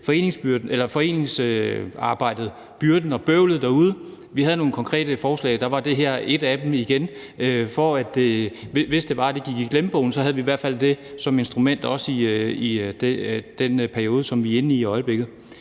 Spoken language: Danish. foreningsarbejdet derude for byrden og bøvlet. Vi havde nogle konkrete forslag, og der var det her et af dem, for hvis det var, at det gik i glemmebogen, havde vi i hvert fald det som instrument også i den periode, som vi er inde i nu.